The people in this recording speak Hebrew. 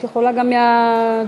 את יכולה גם מהדוכן.